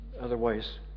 Otherwise